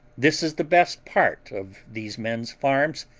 this is the best part of these men's farms,